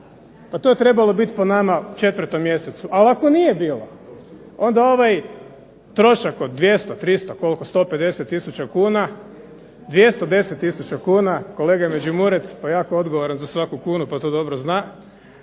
Pa to je trebalo po nama biti u 4. mjesecom. Ali ako nije bila, onda ovaj trošak od 200, 300. Koliko? 150 tisuća kuna, 210 tisuća kuna, kolega Međimurec je jako odgovoran za svaku kunu, pa to dobro zna,